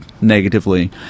negatively